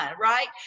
right